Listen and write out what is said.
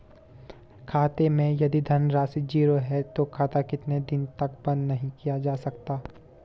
खाते मैं यदि धन राशि ज़ीरो है तो खाता कितने दिन तक बंद नहीं किया जा सकता?